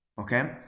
Okay